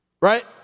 Right